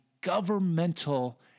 governmental